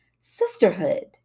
sisterhood